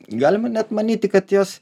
galima net manyti kad jos